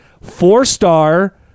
four-star